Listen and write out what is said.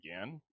again